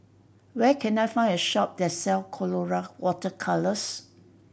where can I find a shop that sell Colora Water Colours